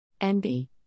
Envy